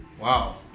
wow